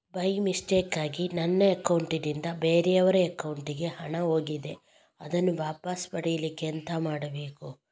By ಮಿಸ್ಟೇಕಾಗಿ ನನ್ನ account ನಿಂದ ಬೇರೆಯವರ ಅಕೌಂಟ್ ಗೆ ಹಣ ಹೋಗಿದೆ ಅದನ್ನು ವಾಪಸ್ ಪಡಿಲಿಕ್ಕೆ ಎಂತ ಮಾಡಬೇಕು?